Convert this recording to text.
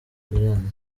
gen